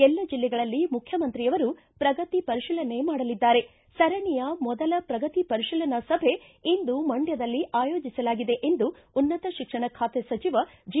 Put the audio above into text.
ಎಲ್ಲ ಜೆಲ್ಲೆಗಳಲ್ಲಿ ಮುಖ್ಯಮಂತ್ರಿ ಅವರು ಪ್ರಗತಿ ಪರಿಶೀಲನೆ ಮಾಡಲಿದ್ದಾರೆ ಸರಣಿಯ ಮೊದಲ ಪ್ರಗತಿ ಪರಿಶೀಲನಾ ಸಭೆ ಇಂದು ಮಂಡ್ಕದಲ್ಲಿ ಆಯೋಜಿಸಲಾಗಿದೆ ಎಂದು ಉನ್ನತ ಶಿಕ್ಷಣ ಖಾತೆ ಸಚಿವ ಜಿ